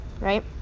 right